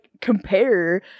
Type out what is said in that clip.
compare